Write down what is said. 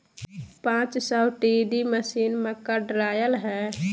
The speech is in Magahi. पांच सौ टी.डी मशीन, मक्का ड्रायर हइ